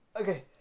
Okay